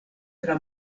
tra